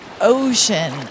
ocean